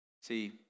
See